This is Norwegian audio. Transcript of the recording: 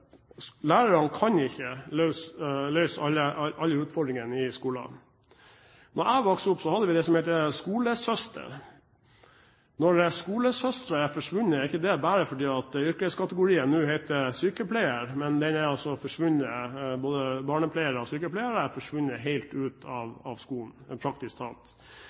lærerne ikke kan løse alle utfordringene i skolen. Da jeg vokste opp, hadde vi det som het «skolesøster». Når skolesøster er forsvunnet, er ikke det bare fordi yrkeskategorien nå heter sykepleier, men yrkeskategorien, både barnepleiere og sykepleiere, er forsvunnet helt ut av skolen, praktisk talt. Det er ett eksempel på en